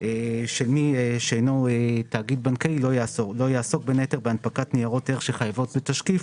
שמי שאינו תאגיד בנקאי לא יעסוק בהנפקת ניירת ערך שחייבות בתשקיף